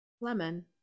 Lemon